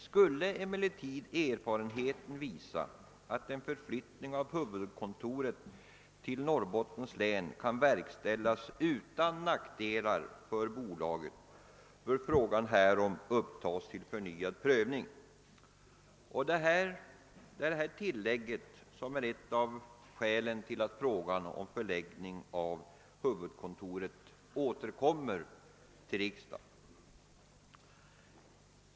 »Skulle emellertid erfarenheten visa att en förflyttning av huvudkontoret till Norrbotten kan verkställas utan nackdelar för bolaget, bör frågan härom upptagas till förnyad prövning.» Detta tilllägg är ett av skälen till att frågan om förläggningen av LKAB:s huvudkontor nu återkommer till riksdagen.